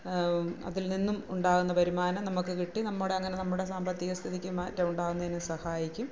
അതില് നിന്നും ഉണ്ടാകുന്ന വരുമാനം നമുക്ക് കിട്ടി നമ്മുടെ അങ്ങനെ നമ്മുടെ സാമ്പത്തിക സ്ഥിതിക്ക് മാറ്റമുണ്ടാകുന്നതിന് സഹായിക്കും